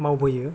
मावबोयो